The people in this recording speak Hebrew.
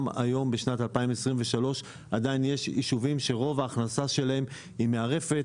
גם היום בשנת 2023 עדיין יש ישובים שרוב ההכנסה שלהם היא מהרפת.